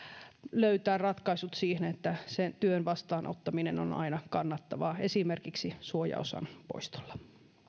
löytää ratkaisut siihen että työn vastaanottaminen on aina kannattavaa esimerkiksi suojaosan poistolla